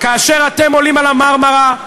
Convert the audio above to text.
כאשר אתם עולים על ה"מרמרה",